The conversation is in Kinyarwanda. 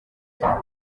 guha